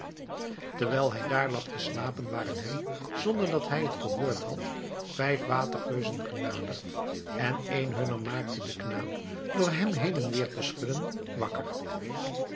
terwijl hij daar lag te slapen waren hem zonder dat hij het gehoord had vijf watergeuzen genaderd en een hunner maakte den knaap door hem heen en weer te schudden wakker